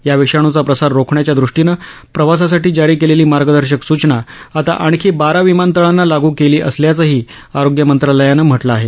या विषाण्चा प्रसार रोखण्याच्या दृष्टीनं प्रवासासाठी जारी केलेली मार्गदर्शक सूचना आता आणखी बारा विमानतळांना लागू केली असल्याचंही आरोग्य मंत्रालयानं म्हटलं आहे